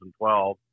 2012